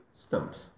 stumps